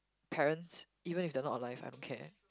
parents even if they're not alive I don't care